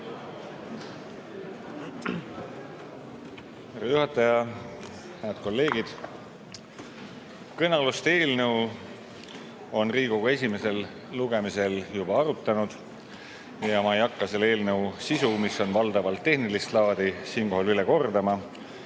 juhataja! Head kolleegid! Kõnealust eelnõu on Riigikogu esimesel lugemisel juba arutanud ja ma ei hakka selle eelnõu sisu, mis on valdavalt tehnilist laadi, siinkohal üle kordama.